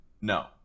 no